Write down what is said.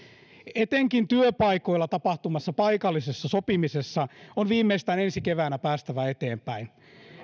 etenkin työpaikoilla tapahtuvassa paikallisessa sopimisessa on viimeistään ensi keväänä päästävä eteenpäin